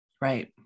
Right